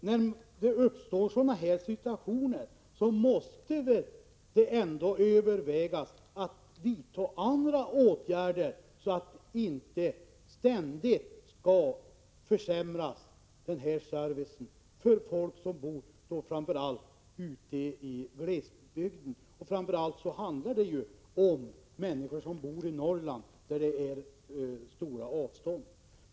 När det uppstår sådana här situationer måste man överväga att vidta andra åtgärder för att undvika att den här servicen ständigt försämras för folk som bor framför allt i glesbygden. Främst handlar det ju om människor som bor i Norrland, där avstånden är stora.